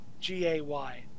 G-A-Y